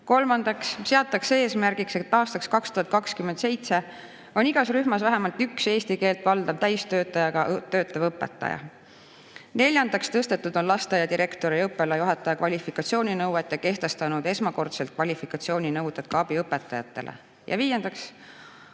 Kolmandaks, eesmärgiks seatakse, et aastaks 2027 on igas rühmas vähemalt üks eesti keelt valdav täistööajaga töötav õpetaja. Neljandaks, tõstetud on lasteaia direktori ja õppealajuhataja kvalifikatsiooni nõuet ja kehtestatud esmakordselt kvalifikatsiooninõuded ka abiõpetajatele. Ja viiendaks,